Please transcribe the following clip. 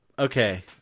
Okay